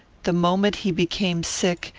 the moment he became sick,